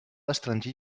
estranger